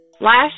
Last